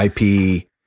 IP